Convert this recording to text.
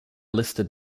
listed